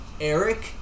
Eric